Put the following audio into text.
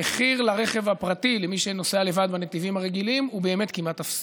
המחיר לרכב הפרטי למי שנוסע לבד בנתיבים הרגילים הוא באמת כמעט אפסי.